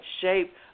shape